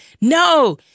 No